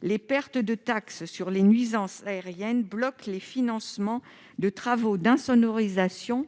Les pertes de taxes sur les nuisances aériennes bloquent les financements de travaux d'insonorisation,